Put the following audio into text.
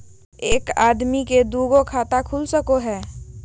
एक आदमी के दू गो खाता खुल सको है?